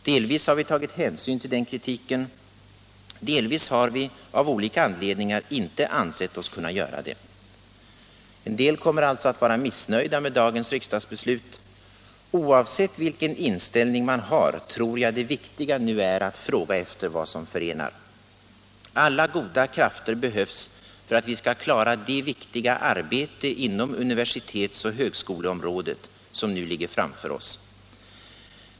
Delvis har vi tagit hänsyn till den kritiken, delvis har vi av olika anledningar inte ansett oss kunna göra det. En del kommer alltså att vara missnöjda med dagens riksdagsbeslut. Oavsett vilken inställning man har tror jag det riktiga nu är att fråga efter vad som förenar. Alla goda krafter behövs för att vi skall klara det viktiga arbete inom universitets och högskoleområdet som nu ligger framför oss.